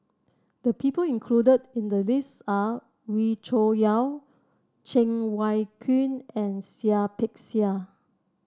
the people included in the list are Wee Cho Yaw Cheng Wai Keung and Seah Peck Seah